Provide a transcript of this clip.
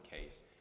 case